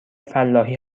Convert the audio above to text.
فلاحی